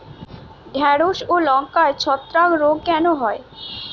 ঢ্যেড়স ও লঙ্কায় ছত্রাক রোগ কেন হয়?